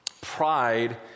pride